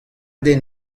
den